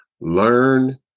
learn